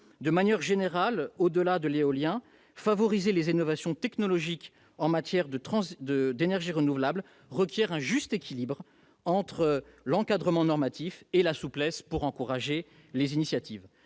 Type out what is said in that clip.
De manière générale, au-delà de l'éolien, favoriser les innovations technologiques en matière d'énergies renouvelables requiert un juste équilibre entre l'encadrement normatif et la souplesse pour encourager les initiatives.